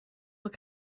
what